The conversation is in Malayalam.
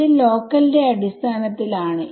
ഇത് ലോക്കൽ ന്റെ അടിസ്ഥാനത്തിൽ ആണ്